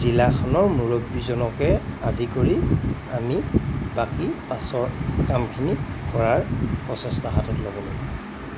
জিলাখনৰ মূৰব্বজনকে আদি কৰি আমি বাকী পাছৰ কামখিনি কৰাৰ প্ৰচেষ্টা হাতত ল'ব লাগিব